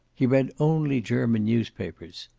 he read only german newspapers.